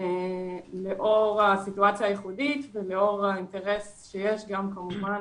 לאור הסיטואציה הייחודית ולאור האינטרס שיש גם כמובן